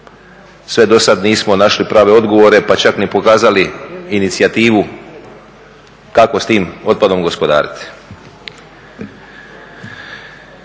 sve do sada nismo našli prave odgovore pa čak ni pokazali inicijativu kako s tim otpadom gospodariti.